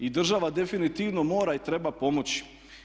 I država definitivno mora i treba pomoći.